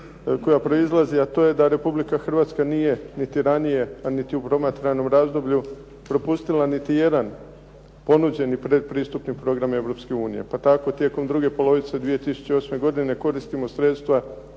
koja proizlazi a to je da Republika Hrvatska nije niti ranije a niti u promatranom razdoblju propustila niti jedna ponuđeni pretpristupni program Europske unije pa tako tijekom druge polovice 2008. godine koristimo sredstva